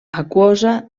aquosa